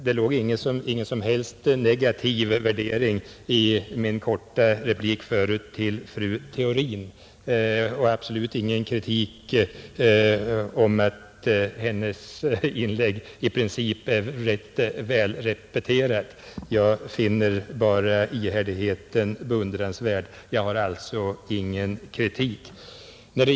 Det låg ingen som helst negativ värdering i min korta replik förut till fru Theorin och absolut ingen kritik i fråga om att hennes inlägg i princip är rätt välrepeterat. Jag finner bara ihärdigheten beundransvärd och framför alltså ingen kritik.